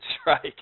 strike